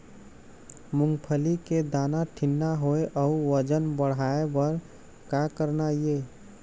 मूंगफली के दाना ठीन्ना होय अउ वजन बढ़ाय बर का करना ये?